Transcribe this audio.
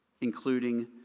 including